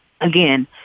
again